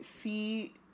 see